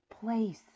place